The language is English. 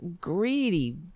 greedy